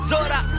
Zora